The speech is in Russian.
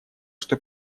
что